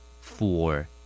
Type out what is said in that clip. Four